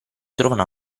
trovano